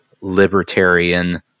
libertarian